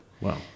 Wow